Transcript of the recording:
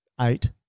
eight